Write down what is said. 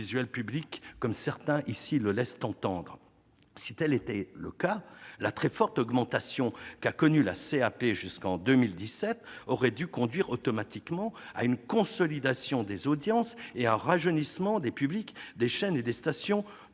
public, comme certains ici le laissent entendre. Si tel était le cas, la très forte augmentation qu'a connue la CAP jusqu'en 2017 aurait dû conduire automatiquement à une consolidation des audiences et à un rajeunissement des publics des chaînes et des stations